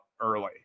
early